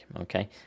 okay